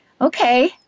Okay